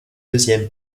deuxième